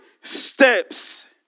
steps